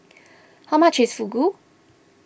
how much is Fugu